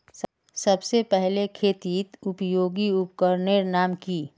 सबसे पहले खेतीत उपयोगी उपकरनेर नाम की?